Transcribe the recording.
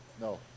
No